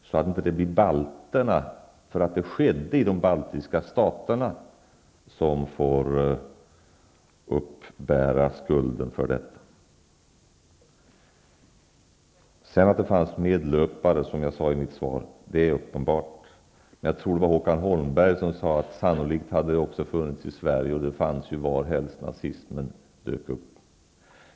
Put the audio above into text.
Det får inte bli balterna som, därför att dessa händelser ägde rum i de baltiska staterna, måste uppbära skulden för det skedda. Att det sedan fanns medlöpare, som jag sade i mitt svar, är uppenbart. Jag tror det var Håkan Holmberg som sade att sannolikt hade det funnits sådana också i Sverige, och det fanns ju medlöpare varhelst nazismen dök upp.